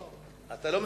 בבקשה.